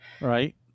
Right